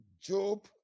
Job